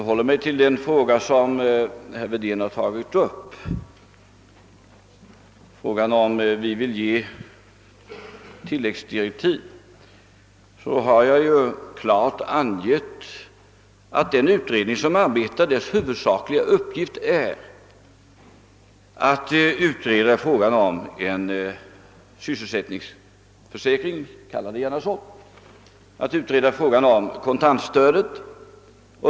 Beträffande den fråga som herr Wedén har tagit upp — frågan om vi vill ge tilläggsdirektiv — har jag redan klart angivit att utredningens huvudsakliga uppgift är att utreda frågan om en sysselsättningsförsäkring — kalla det gärna så — alltså frågan om kontantstödet.